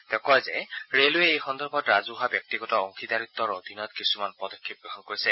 তেওঁ কয় যে ৰে'লৱে এই সন্দৰ্ভত ৰাজহুৱা ব্যক্তিগত অংশীদাৰিত্বৰ অধীনত কিছুমান পদক্ষেপ গ্ৰহণ কৰিছে